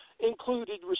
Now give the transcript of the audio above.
included